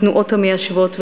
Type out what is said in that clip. התנועות המיישבות וחבריהן,